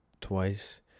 twice